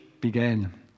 began